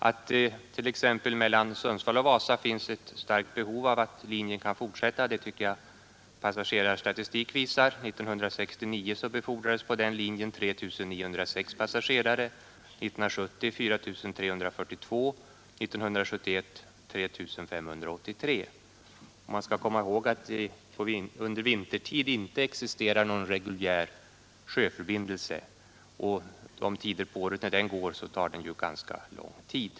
Att det finns ett starkt behov av att flygtrafiken mellan Sundsvall och Vasa kan fortsätta tycker jag att passagerarstatistiken visar. 1969 befordrades på den linjen 3 906 passagerare, 1970 var antalet 4 342 och 1971 var det 3 583. Man skall komma ihåg att det under vintertid inte existerar någon reguljär sjöförbindelse, och de tider på året den går tar den ju ganska lång tid.